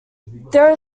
there